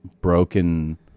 broken